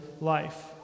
life